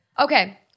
Okay